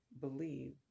believe